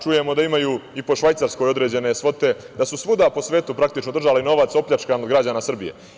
Čujemo da imaju i po Švajcarskoj određene svote, da su svuda po svetu, praktično, držali novac opljačkan od građana Srbije.